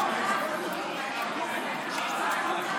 הכנסת,